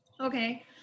Okay